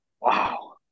Wow